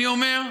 אני אומר,